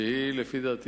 שלדעתי